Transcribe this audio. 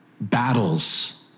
battles